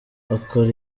akora